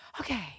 okay